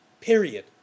period